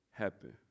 happen